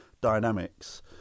dynamics